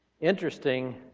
Interesting